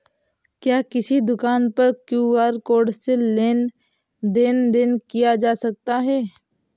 क्या किसी दुकान पर क्यू.आर कोड से लेन देन देन किया जा सकता है?